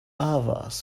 avars